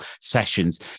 sessions